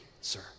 sir